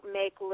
make